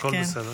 הכול בסדר,